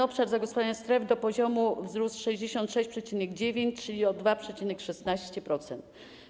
Obszar zagospodarowania stref wzrósł do poziomu 66,9, czyli o 2,16%.